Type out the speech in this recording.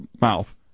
mouth